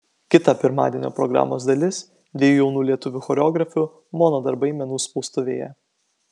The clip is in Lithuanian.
kita pirmadienio programos dalis dviejų jaunų lietuvių choreografių mono darbai menų spaustuvėje